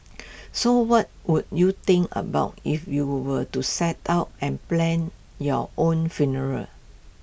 so what would you think about if you were to set out and plan your own funeral